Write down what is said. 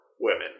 women